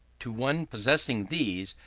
to one possessing these,